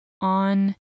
on